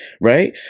Right